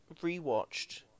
rewatched